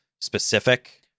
specific